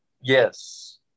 Yes